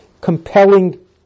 compelling